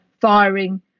firing